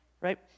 Right